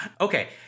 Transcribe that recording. Okay